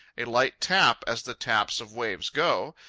a light tap as the taps of waves go,